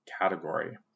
category